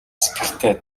сэтгэлтэй